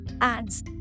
Ads